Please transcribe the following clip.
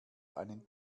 einen